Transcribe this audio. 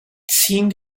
seemed